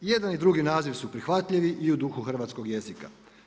I jedan i drugi naziv su prihvatljivi i u duhu hrvatskog jezika.